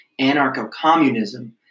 Anarcho-communism